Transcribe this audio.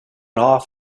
off